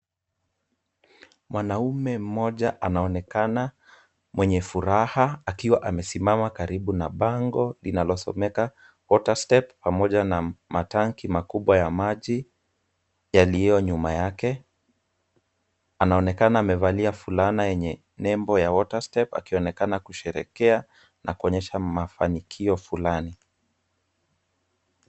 Mwanamume mmoja anaonekana mwenye furaha akiwa amesimama karibu bango linalosomeka WaterStep pamoja na matanki makubwa ya maji yaliyo nyuma yake, anaonekana amevalia fulana yenye nembo ya WaterStep, akionekana kusherekea na kuonyesha mafanikio fulani.